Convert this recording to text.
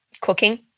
cooking